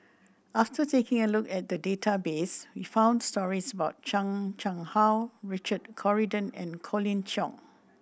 after taking a look at the database we found stories about Chan Chang How Richard Corridon and Colin Cheong